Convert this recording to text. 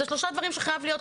זה שלושה דברים שחייב להיות,